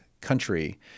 country